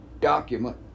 document